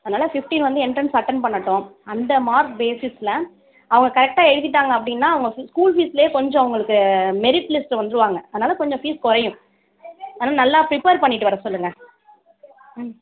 அதனால் ஃபிப்டீன் வந்து entrance attend பண்ணட்டும் அந்த மார்க் பேஸிஸில் அவங்க கரெக்ட்டாக எழுதிவிட்டாங்க அப்படினா அவங்க ஸ்கூல் ஃபீஸ்லேயே கொஞ்சம் அவங்களுக்கு மெரிட் லிஸ்ட்டில் வந்துடுவாங்க அதனால் கொஞ்சம் ஃபீஸ் குறையும் அதனால் நல்லா பிரிப்பேர் பண்ணிகிட்டு வர சொல்லுங்க ம்